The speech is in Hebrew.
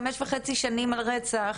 חמש וחצי שנים על רצח,